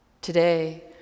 Today